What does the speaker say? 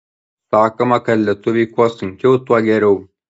sakoma kad lietuviui kuo sunkiau tuo geriau